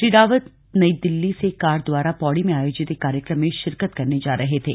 श्री रावत नई दिल्ली से कार द्वारा पौडी में आयोजित एक कार्यक्रम में शिरकत करने जा रहे थे